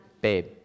babe